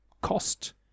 cost